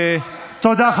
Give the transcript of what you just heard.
תודה,